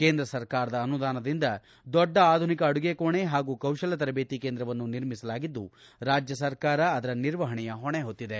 ಕೇಂದ್ರ ಸರ್ಕಾರದ ಅನುದಾನದಿಂದ ದೊಡ್ಡ ಆಧುನಿಕ ಅಡುಗೆ ಕೋಣೆ ಹಾಗೂ ಕೌಶಲ ತರಬೇತಿ ಕೇಂದ್ರವನ್ನೂ ನಿರ್ಮಿಸಲಾಗಿದ್ದು ರಾಜ್ಯ ಸರ್ಕಾರ ಅದರ ನಿರ್ವಹಣೆಯ ಹೊಣೆ ಹೊತ್ತಿದೆ